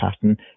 pattern